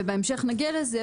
ובהמשך נגיע לזה,